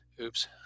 oops